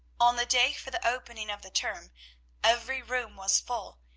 on the day for the opening of the term every room was full,